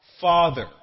Father